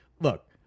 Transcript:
look